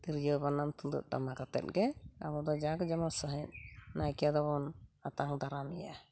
ᱛᱤᱨᱭᱳ ᱵᱟᱱᱟᱢ ᱛᱩᱢᱫᱟᱹᱜ ᱴᱟᱢᱟᱠ ᱟᱛᱮᱫ ᱜᱮ ᱟᱵᱚ ᱫᱚ ᱡᱟᱸᱠ ᱡᱚᱢᱚᱠ ᱥᱟᱸᱦᱤᱡ ᱱᱟᱭᱠᱮ ᱫᱚᱵᱚᱱ ᱟᱛᱟᱝ ᱫᱟᱨᱟᱢᱮᱭᱟ